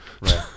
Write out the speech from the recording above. right